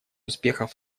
успехов